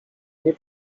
nie